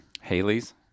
Haley's